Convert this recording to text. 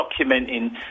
documenting